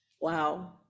Wow